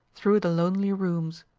through the lonely rooms.